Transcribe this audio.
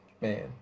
man